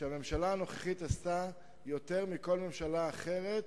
שהממשלה הנוכחית עשתה יותר מכל ממשלה אחרת